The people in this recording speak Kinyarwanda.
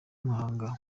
muhanga